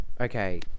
Okay